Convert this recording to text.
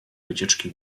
wycieczki